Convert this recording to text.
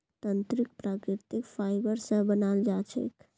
तंत्रीक प्राकृतिक फाइबर स बनाल जा छेक